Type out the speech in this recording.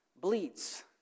bleeds